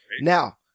Now